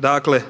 ga i